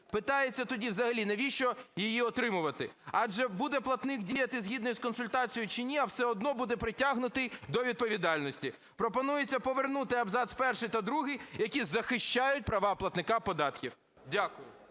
Питається, тоді взагалі навіщо її отримувати? Адже буде платник діяти згідно із консультацією чи ні, а все одно буде притягнутий до відповідальності. Пропонується повернути абзац 1 та 2, які захищають права платника податків. Дякую.